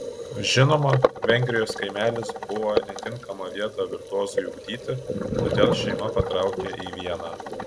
žinoma vengrijos kaimelis buvo netinkama vieta virtuozui ugdyti todėl šeima patraukė į vieną